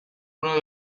uno